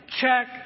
check